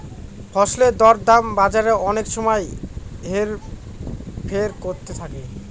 ফসলের দর দাম বাজারে অনেক সময় হেরফের করতে থাকে